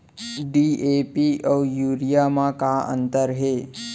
DAP अऊ urea म का अंतर हे?